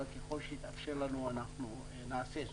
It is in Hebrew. אבל ככל שיתאפשר לנו, אנחנו נעשה זאת.